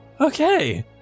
okay